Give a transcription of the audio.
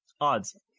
Odds